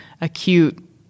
acute